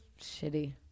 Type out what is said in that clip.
shitty